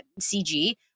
CG